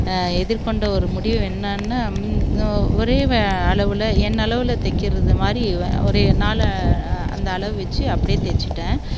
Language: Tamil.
எதிர்கொண்ட ஒரு முடிவு என்னென்னால் ஒரே வ அளவில் என் அளவில் தைக்கிறது மாதிரி ஒரு என்னால் அந்த அளவு வைச்சு அப்படியே தைச்சிட்டேன்